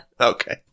Okay